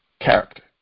character